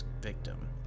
victim